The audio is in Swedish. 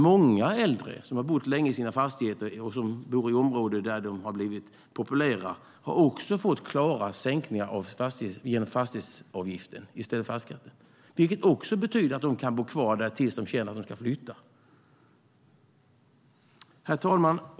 Många äldre som har bott länge i sina fastigheter och som bor i områden som har blivit populära har också fått klara sänkningar genom fastighetsavgift i stället för fastighetsskatt, vilket betyder att de kan bo kvar tills de känner att de ska flytta. Herr talman!